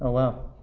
wow,